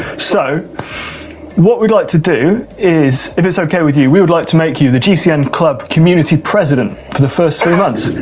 so what we'd like to do is, if it's okay with you, we would like to make you the gcn cycling club community president for the first three months.